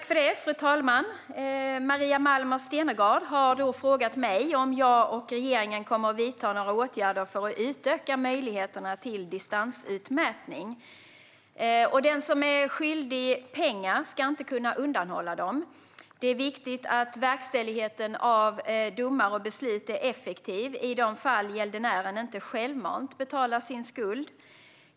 Fru talman! Maria Malmer Stenergard har frågat mig om jag och regeringen kommer att vidta några åtgärder för att utöka möjligheterna till distansutmätning. Den som är skyldig pengar ska inte kunna undanhålla dem. Det är viktigt att verkställigheten av domar och beslut är effektiv i de fall gäldenären inte självmant betalar sin skuld.